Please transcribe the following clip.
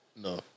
No